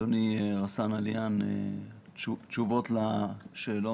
תשובות לשאלות.